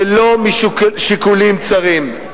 ולא משיקולים צרים.